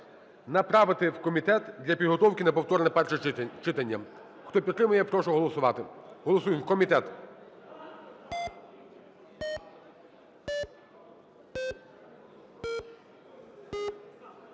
направити в комітет для підготовки на повторне перше читання. Хто підтримує, я прошу голосувати. Голосуємо - в комітет.